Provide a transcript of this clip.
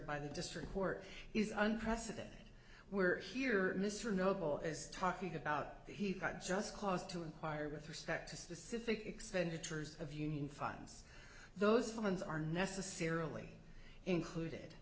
by the district court is unprecedented we're here mr noble is talking about he's got just cause to inquire with respect to specific expenditures of union funds those funds are necessarily included